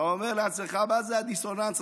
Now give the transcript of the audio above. אתה אומר לעצמך: מה זה הדיסוננס הזה?